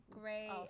great